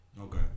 Okay